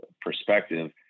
perspective